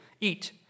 eat